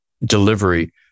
delivery